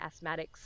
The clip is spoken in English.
asthmatics